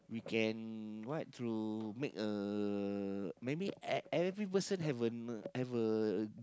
we can what through make a maybe ev~ every person have a me~ have a